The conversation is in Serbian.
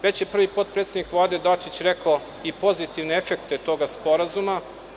Već je prvi potpredsednik Vlade Dačić rekao i pozitivne efekte toga sporazuma.